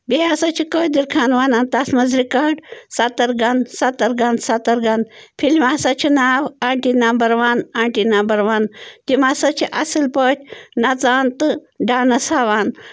بیٚیہِ ہَسا چھُ قٲدِر خان وَنان تَتھ منٛز ریکارڈ سَترگن سَترگن سَترگن فِلمہِ ہَسا چھُ ناو aunty number one aunty number one تِم ہَسا چھِ اَصٕل پٲٹھۍ نَژان تہٕ ڈانٕس ہاوان